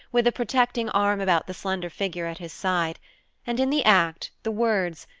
with a protecting arm about the slender figure at his side and in the act, the words,